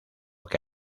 que